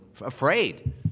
afraid